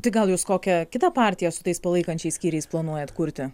tai gal jūs kokią kitą partiją su tais palaikančiais skyriais planuojat kurti